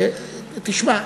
תשמע,